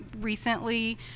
recently